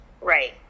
Right